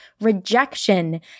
rejection